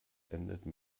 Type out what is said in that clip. endete